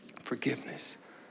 forgiveness